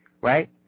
right